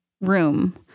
room